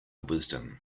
wisdom